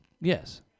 yes